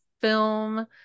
film